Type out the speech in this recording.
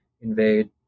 invade